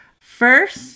First